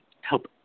help